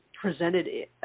presented